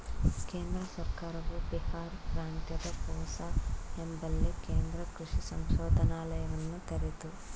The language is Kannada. ಕೇಂದ್ರ ಸರ್ಕಾರವು ಬಿಹಾರ್ ಪ್ರಾಂತ್ಯದ ಪೂಸಾ ಎಂಬಲ್ಲಿ ಕೇಂದ್ರ ಕೃಷಿ ಸಂಶೋಧನಾಲಯವನ್ನ ತೆರಿತು